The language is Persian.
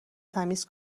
تمیز